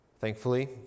Thankfully